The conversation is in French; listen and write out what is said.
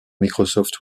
microsoft